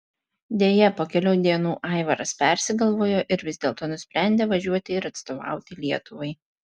deja po kelių dienų aivaras persigalvojo ir vis dėlto nusprendė važiuoti ir atstovauti lietuvai